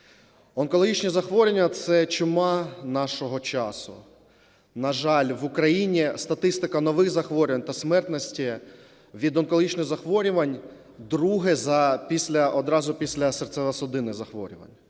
Онкологічні захворювання – це чума нашого часу. На жаль, в Україні статистика нових захворювань та смертності від онкологічних захворювань – друге одразу після серцево-судинних захворювань.